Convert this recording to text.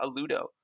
Aludo